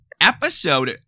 episode